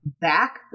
back